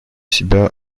себя